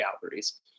galleries